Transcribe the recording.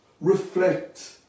reflect